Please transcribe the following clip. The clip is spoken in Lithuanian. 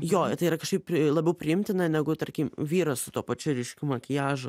jo tai yra kažkaip labiau priimtina negu tarkim vyras su tuo pačiu ryškiu makiažu